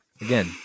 Again